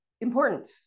important